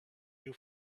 you